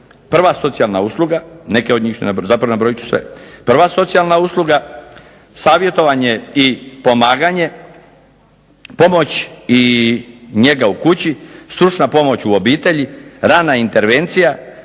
Prva socijalna usluga, neke od njih ću nabrojiti, zapravo nabrojit ću sve. Prva socijalna usluga – savjetovanje i pomaganje pomoć i njega u kući, stručna pomoć u obitelji, rana intervencija,